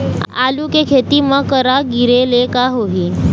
आलू के खेती म करा गिरेले का होही?